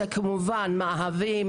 זה כמובן מאהבים,